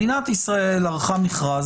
מדינת ישראל ערכה מכרז.